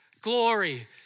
glory